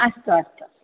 अस्तु अस्तु